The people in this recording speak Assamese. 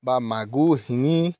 বা মাগুৰ শিঙি